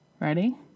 Ready